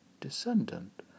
descendant